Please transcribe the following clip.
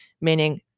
meaning